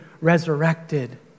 resurrected